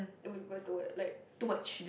eh what what's the word like too much